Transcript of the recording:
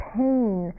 pain